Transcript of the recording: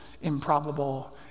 improbable